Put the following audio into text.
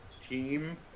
team